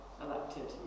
elected